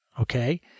Okay